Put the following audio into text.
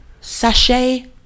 sachet